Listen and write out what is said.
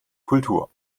kultur